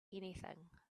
anything